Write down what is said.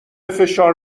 فشار